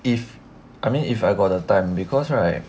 if I mean if I got the time because right